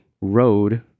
road